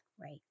right